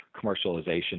commercialization